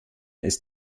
ist